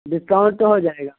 discount تو ہو جائے گا